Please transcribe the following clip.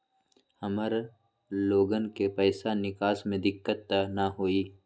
हमार लोगन के पैसा निकास में दिक्कत त न होई?